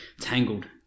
tangled